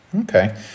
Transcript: Okay